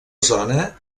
zona